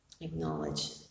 acknowledge